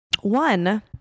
One